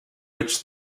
which